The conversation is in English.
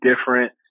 different